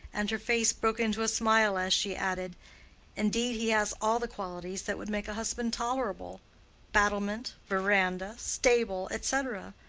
and her face broke into a smile as she added indeed he has all the qualities that would make a husband tolerable battlement, veranda, stable, etc,